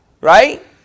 Right